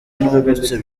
nungutse